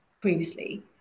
previously